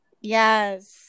yes